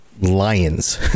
lions